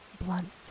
blunt